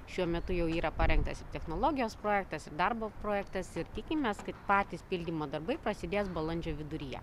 šiuo metu jau yra parengtas technologijos projektas darbo projektas ir tikimės kad patys pildymo darbai prasidės balandžio viduryje